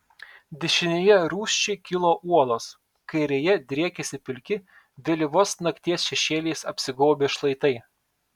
dešinėje rūsčiai kilo uolos kairėje driekėsi pilki vėlyvos nakties šešėliais apsigaubę šlaitai